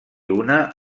una